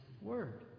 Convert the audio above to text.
Word